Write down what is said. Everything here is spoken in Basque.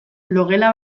logela